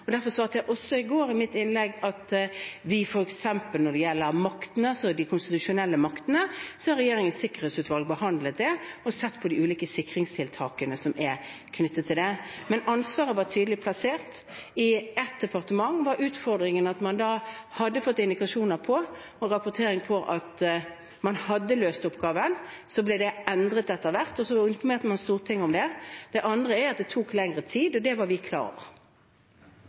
Derfor svarte jeg også i går i mitt innlegg at f.eks. når det gjelder maktene – de konstitusjonelle maktene – har regjeringens sikkerhetsutvalg behandlet det og sett på de ulike sikringstiltakene som er knyttet til det. Men ansvaret var tydelig plassert. I ett departement var utfordringen at man hadde fått indikasjoner og rapportering på at man hadde løst oppgaven. Så ble det endret etter hvert, og så informerte man Stortinget om det. Det andre er at det tok lengre tid, og det var vi klar over.